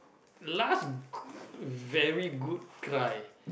last very good cry